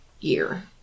year